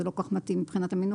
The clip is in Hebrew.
זה לא כל כך מתאים מבחינת המינוח.